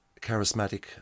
charismatic